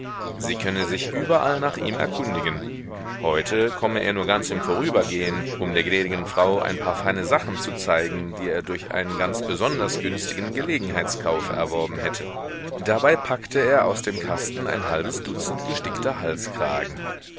sie könne sich überall nach ihm erkundigen heute komme er nur ganz im vorübergehen um der gnädigen frau ein paar feine sachen zu zeigen die er durch einen ganz besonders günstigen gelegenheitskauf erworben hätte dabei packte er aus dem kasten ein halbes dutzend gestickter halskragen